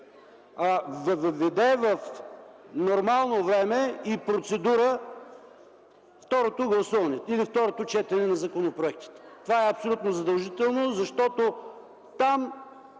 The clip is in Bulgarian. се въведе в нормално време и процедура второто гласуване или второто четене на законопроектите. Това е абсолютно задължително, защото там